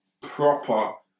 proper